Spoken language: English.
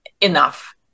enough